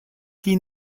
die